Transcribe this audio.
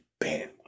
bam